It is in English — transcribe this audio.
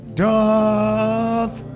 doth